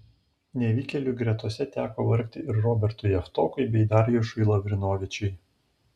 nevykėlių gretose teko vargti ir robertui javtokui bei darjušui lavrinovičiui